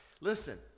Listen